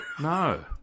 No